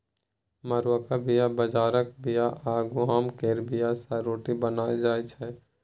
मरुआक बीया, बजराक बीया आ गहुँम केर बीया सँ रोटी बनाएल जाइ छै